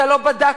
אתה לא בדקת,